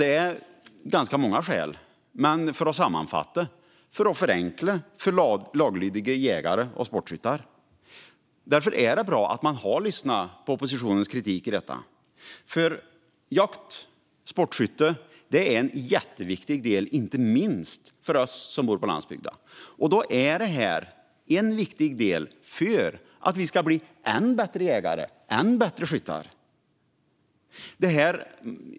Det finns ganska många skäl, men för att sammanfatta handlar det om att förenkla för laglydiga jägare och sportskyttar. Därför är det bra att man har lyssnat på oppositionens kritik. Jakt och sportskytte är viktigt, inte minst för oss som bor på landsbygden. Och detta är en viktig del för att vi ska bli ännu bättre jägare och skyttar.